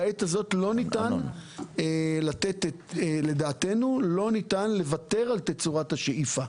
בעת הזו, לדעתנו לא ניתן לוותר על תצורת השאיפה.